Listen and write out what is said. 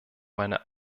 meiner